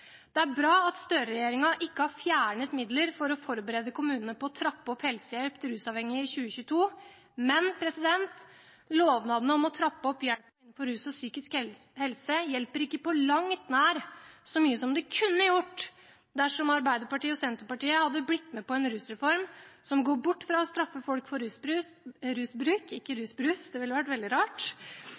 Det er bra at Støre-regjeringen ikke har fjernet midler for å forberede kommunene på å trappe opp helsehjelp til rusavhengige i 2022, men lovnadene om å trappe opp hjelpen innenfor rus og psykisk helse hjelper ikke på langt nær så mye som det kunne gjort dersom Arbeiderpartiet og Senterpartiet hadde blitt med på en rusreform som går bort fra å straffe folk for rusbruk. Det opprettholder stigmaet mot mennesker som i utgangspunktet ikke har det